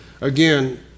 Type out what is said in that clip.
again